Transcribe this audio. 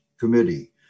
Committee